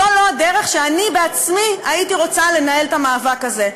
זו לא הדרך שאני בעצמי הייתי רוצה לנהל בה את המאבק הזה.